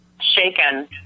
shaken